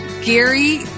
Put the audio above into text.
Gary